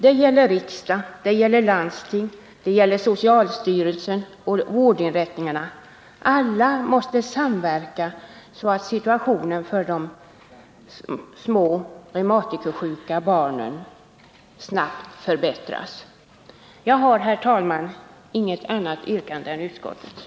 Det är angeläget att alla —- riksdag, landsting, socialstyrelse och vårdinrättningar — samverkar så att situationen för de små reumatikerbarnen snabbt förbättras. Jag har, herr talman, inget annat yrkande än utskottets.